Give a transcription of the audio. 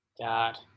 God